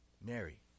Mary